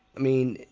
mean,